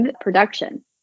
production